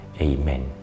Amen